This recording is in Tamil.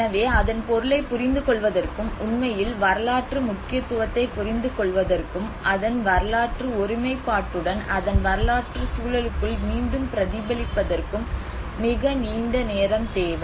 எனவே அதன் பொருளைப் புரிந்துகொள்வதற்கும் உண்மையில் வரலாற்று முக்கியத்துவத்தை புரிந்துகொள்வதற்கும் அதன் வரலாற்று ஒருமைப்பாட்டுடன் அதன் வரலாற்றுச் சூழலுக்குள் மீண்டும் பிரதிபலிப்பதற்கும் மிக நீண்ட நேரம் தேவை